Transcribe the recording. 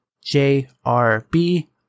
J-R-B-